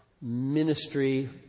ministry